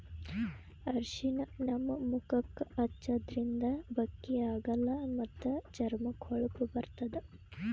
ಅರ್ಷಿಣ ನಮ್ ಮುಖಕ್ಕಾ ಹಚ್ಚದ್ರಿನ್ದ ಬಕ್ಕಿ ಆಗಲ್ಲ ಮತ್ತ್ ಚರ್ಮಕ್ಕ್ ಹೊಳಪ ಬರ್ತದ್